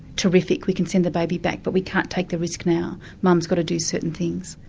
terrific, we can send the baby back, but we can't take the risk now. mum's got to do certain things.